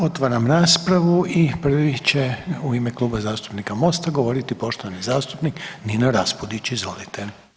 Otvaram raspravu i prvi će u ime Kluba zastupnika Mosta govoriti poštovani zastupnik Nino Raspudić, izvolite.